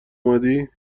اومدی